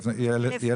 1,200 שקלים.